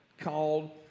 called